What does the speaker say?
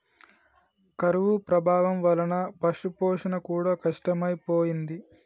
కరువు ప్రభావం వలన పశుపోషణ కూడా కష్టమైపోయింది